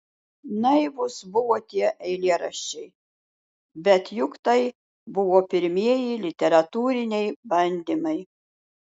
naivūs buvo tie eilėraščiai bet juk tai buvo pirmieji literatūriniai bandymai